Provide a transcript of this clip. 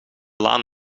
laan